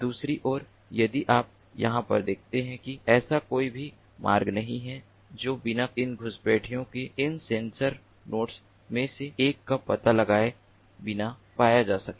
दूसरी ओर यदि आप यहाँ पर देखते हैं तो ऐसा कोई भी मार्ग नहीं है जो बिना इन घुसपैठियों के इन सेंसर नोड्स में से एक का पता लगाए बिना पाया जा सके